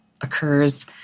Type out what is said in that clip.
occurs